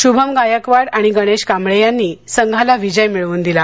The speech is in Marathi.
शुभम गायकवाड आणि गणेश कांबळे यांनी संघाला विजय मिळवून दिला